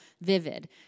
vivid